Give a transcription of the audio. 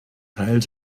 teil